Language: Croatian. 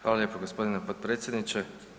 Hvala lijepo gospodine potpredsjedniče.